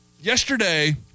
Yesterday